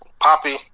Poppy